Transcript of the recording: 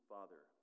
Father